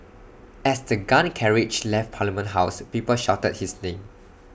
as the gun carriage left parliament house people shouted his name